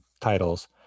titles